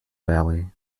valley